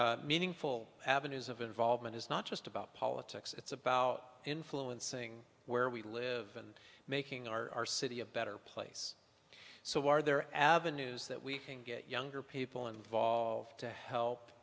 meaningful avenues of involvement is not just about politics it's about influencing where we live and making our city a better place so are there avenues that we can get younger people involved to help